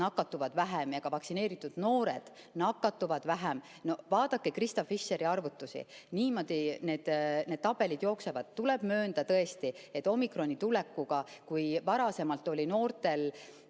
nakatuvad vähem ja ka vaktsineeritud noored nakatuvad vähem. Vaadake Krista Fischeri arvutusi, niimoodi need tabelid jooksevad. Tuleb möönda tõesti, et omikroni tulekuga [on pilt muutunud]. Kui varasemalt oli noortel,